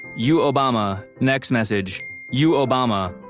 you obama, next message you obama?